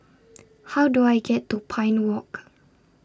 How Do I get to Pine Walk